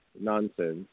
nonsense